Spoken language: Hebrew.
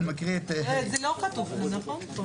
זה לא כתוב פה, נכון?